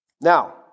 Now